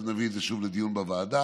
נביא את זה שוב לדיון בוועדה.